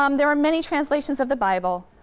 um there are many translations of the bible,